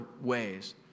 ways